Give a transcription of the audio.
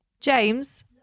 James